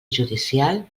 judicial